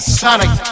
sonic